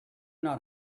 not